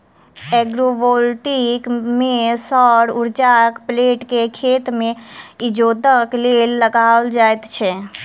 agrovoltaic मे सौर उर्जाक प्लेट के खेत मे इजोतक लेल लगाओल जाइत छै